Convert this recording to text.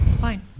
Fine